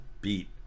beat